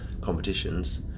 competitions